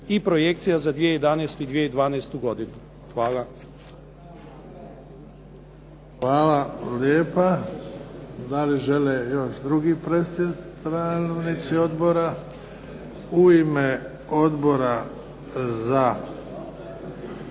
i projekcija za 2011. i 2012. godinu. Hvala. **Bebić, Luka (HDZ)** Hvala lijepa. Da li žele još drugi predstavnici odbora? U ime Odbora za